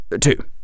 Two